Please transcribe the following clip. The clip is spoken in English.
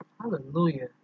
Hallelujah